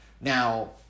Now